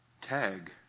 Tag